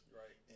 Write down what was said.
right